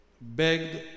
begged